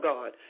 God